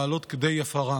להעלות כדי הפרה.